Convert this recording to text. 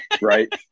right